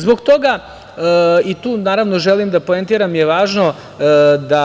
Zbog toga je, i tu želim da poentiram, važno da